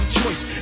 choice